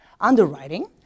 underwriting